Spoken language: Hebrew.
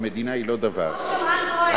המדינה היא לא דבר, החוק של רן כהן.